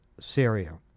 Syria